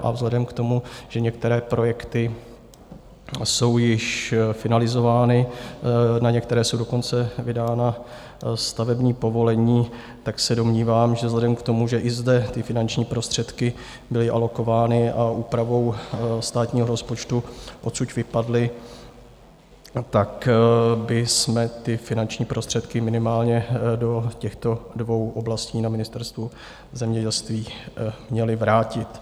A vzhledem k tomu, že některé projekty jsou již finalizovány, na některé jsou dokonce vydána stavební povolení, tak se domnívám, že vzhledem k tomu, že i zde ty finanční prostředky byly alokovány a úpravou státního rozpočtu odsud vypadly, tak bychom ty finanční prostředky minimálně do těchto dvou oblastí na Ministerstvu zemědělství měli vrátit.